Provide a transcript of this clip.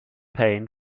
pain